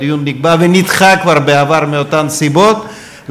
הדיון נקבע ונדחה כבר בעבר מאותן סיבות,